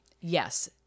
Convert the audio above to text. Yes